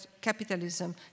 capitalism